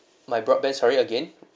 my broadband sorry again